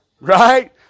Right